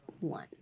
One